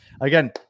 again